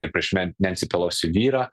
ir prieš men nensi pelosi vyrą